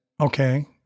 Okay